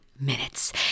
minutes